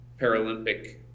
Paralympic